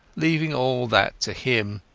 leaving all that to him.